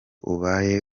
ubaye